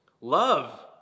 love